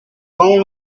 only